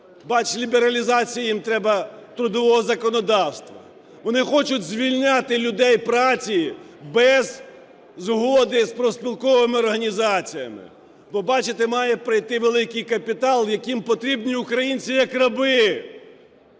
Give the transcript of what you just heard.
Бач, лібералізація їм треба трудового законодавства. Вони хочуть звільняти людей праці без згоди з профспілковими організаціями, бо, бачите, маєте прийти великий капітал, яким потрібні українці як раби,